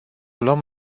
luăm